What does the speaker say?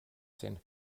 sin